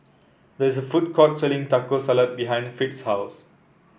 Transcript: there's a food court selling Taco Salad behind Fritz's house